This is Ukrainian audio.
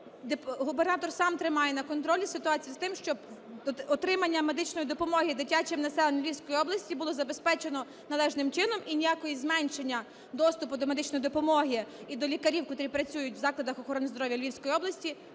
губернатор сам тримає на контролі ситуацію з тим, щоб отримання медичної допомоги дитячому населенню Львівської області було забезпечено належним чином і ніякого зменшення доступу до медичної допомоги і до лікарів, котрі працюють в закладах охорони здоров'я Львівської області,